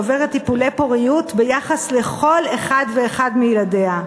עוברת טיפולי פוריות ביחס לכל אחד ואחד מילדיה.